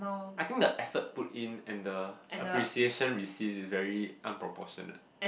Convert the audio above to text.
I think the effort put in and the appreciation receive is very unproportionate